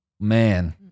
man